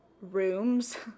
rooms